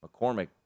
McCormick